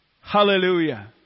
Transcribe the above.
Hallelujah